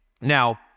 Now